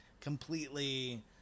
completely